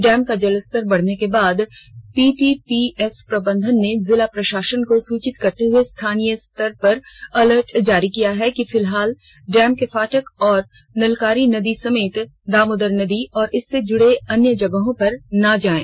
dam का जलस्तर बढ़ने के बाद पीटीपीएस प्रबंधन ने जिला प्रशासन को सूचित करते हुए स्थानीय स्तर पर अलर्ट जारी कर कहा है कि फिलहाल डैम के फाटक और नलकारी नदी समेत दामोदर नदी और इससे जुड़े अन्य जगहों पर ना जाएं